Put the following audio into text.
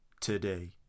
today